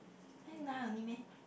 then nine only meh